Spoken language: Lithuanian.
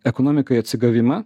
ekonomikai atsigavimą